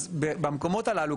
אז במקומות הללו,